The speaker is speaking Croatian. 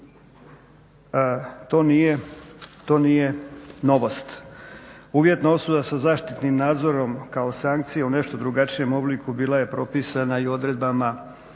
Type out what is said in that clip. to nije novost. Uvjetna osuda sa zaštitnim nadzorom kao sankcijom u nešto drugačijem obliku bila je propisana i odredbama